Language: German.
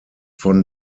von